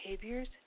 behaviors